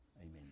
Amen